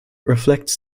reflects